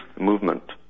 movement